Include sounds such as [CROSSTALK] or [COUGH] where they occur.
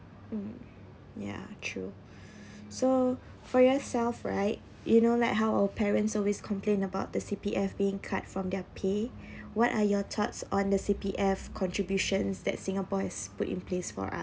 mm ya true [BREATH] so for yourself right you know like how our parents always complain about the C_P_F being cut from their pay [BREATH] what are your thoughts on the C_P_F contributions that singapore has put in place for us